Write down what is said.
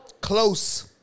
Close